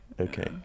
Okay